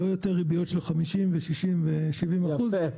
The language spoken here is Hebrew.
לא יותר ריביות של 50 ו-60 ו-70 אחוז,